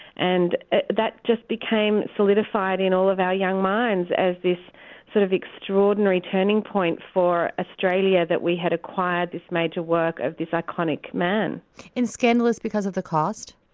and that just became solidified in all of our young minds as this sort of extraordinary turning point for australia, that we had acquired this major work of this iconic man scandalous because of the cost?